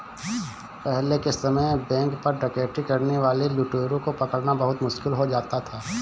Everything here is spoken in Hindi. पहले के समय में बैंक पर डकैती करने वाले लुटेरों को पकड़ना बहुत मुश्किल हो जाता था